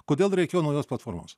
kodėl reikėjo naujos platformos